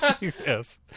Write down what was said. Yes